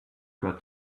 got